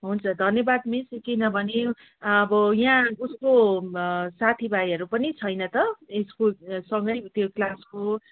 हुन्छ धन्यवाद मिस किनभने अब यहाँ उसको साथीभाइहरू पनि छैन त स्कुल सँगै त्यो क्लासको